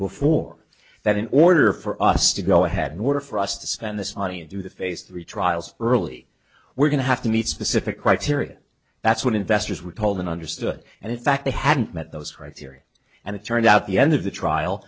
before that in order for us to go ahead and order for us to spend this money and do the phase three trials early we're going to have to meet specific criteria that's what investors were told and understood and in fact they hadn't met those criteria and it turned out the end of the trial